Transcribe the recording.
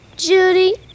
Judy